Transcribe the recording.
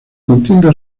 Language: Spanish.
contienda